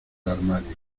armario